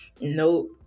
Nope